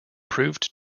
proved